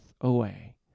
away